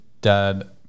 Dad